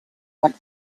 went